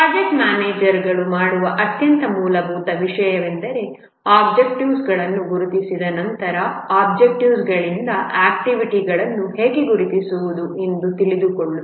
project manager ಮಾಡುವ ಅತ್ಯಂತ ಮೂಲಭೂತ ವಿಷಯವೆಂದರೆ ಒಬ್ಜೆಕ್ಟಿವ್ಸ್ಗಳನ್ನು ಗುರುತಿಸಿದ ನಂತರ ಒಬ್ಜೆಕ್ಟಿವ್ಸ್ಗಳಿಂದ ಆಕ್ಟಿವಿಟಿಗಳನ್ನು ಹೇಗೆ ಗುರುತಿಸುವುದು ಎಂದು ತಿಳಿದುಕೊಳ್ಳುತ್ತದೆ